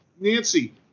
Nancy